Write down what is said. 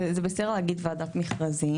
וזה בסדר להגיד ועדת מכרזים.